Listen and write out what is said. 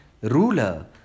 ruler